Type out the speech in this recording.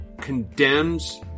condemns